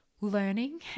learning